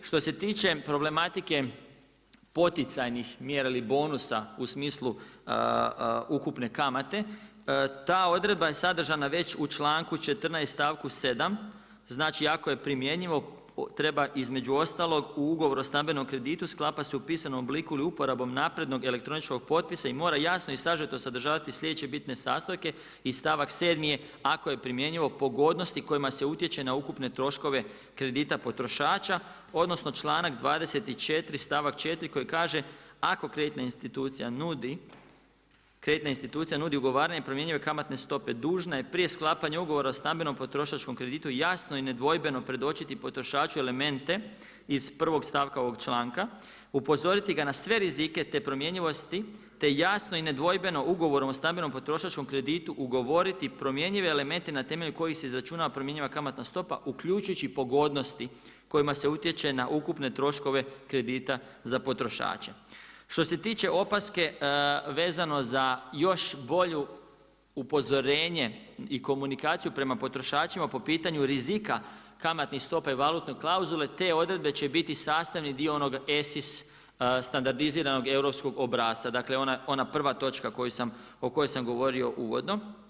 Što se tiče problematike poticajnih mjera ili bonusa u smislu ukupne kamate, ta odredba je sadržana već u članku 14. stavku 7., znači „ako je primjenjivo treba između ostalog u Ugovor o stambenog kreditu sklapa se u pisanom obliku ili uporabom naprednog elektroničkog potpisa i mora jasno i sažeto sadržavati slijedeće bitne sastojke“ i stavak 7. „ako je primjenjivo pogodnosti kojima se utječe na ukupne troškove kredita potrošača“, odnosno članak 24. stavak 4. koji kaže „ako kreditna institucija nudi ugovaranje promjenjive stope, dužna je prije sklapanja ugovora o stambenom potrošačkom kreditu jasno i nedvojbeno predočiti potrošaču elemente iz prvog stavka ovog članka, upozoriti ga na sve rizike te promjenjivosti te jasno i nedvojbeno Ugovorom o stambenom potrošačkom kreditu, ugovoriti promjenjive elemente na temelju kojih se izračunava promjenjiva kamatna stopa uključujući pogodnosti kojima se utječe na ukupne troškove kredita za potrošače.“ Što se tiče opaske, vezano za još bolje upozorenje i komunikaciju prema potrošačima, po pitanju rizika kamatnih stopa i valutne klauzule, te odredbe će biti sastavni dio onoga ESIS, standardiziranog europskog obrasca, dakle ona prva točka o kojoj sam govorio uvodno.